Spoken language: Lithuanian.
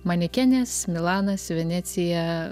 manekenės milanas venecija